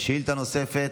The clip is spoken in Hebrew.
שאילתה נוספת,